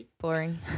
boring